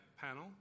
panel